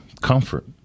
comfort